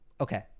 Okay